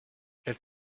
elle